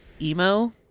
emo